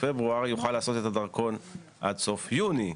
פברואר יוכל לעשות את הדרכון עד סוף יוני.